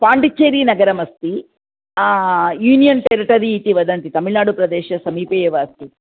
पाण्डिचेरि नगरमस्ति union territory इति वदन्ति तमिळ्नाडुप्रदेशसमीपे एव अस्ति